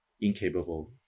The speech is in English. incapable